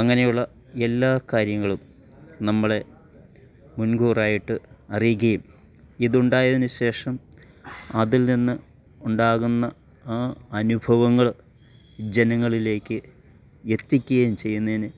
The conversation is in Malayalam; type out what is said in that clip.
അങ്ങനെയുള്ള എല്ലാ കാര്യങ്ങളും നമ്മളെ മുൻകൂറായിട്ട് അറിയിക്കുകയും ഇതുണ്ടായതിന് ശേഷം അതിൽ നിന്ന് ഉണ്ടാകുന്ന ആ അനുഭവങ്ങള് ജനങ്ങളിലേക്ക് എത്തിക്കുകയും ചെയ്യുന്നതിനു